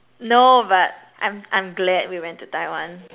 no but I'm I'm glad we went to Taiwan